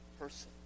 person